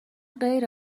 غیر